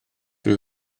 dwi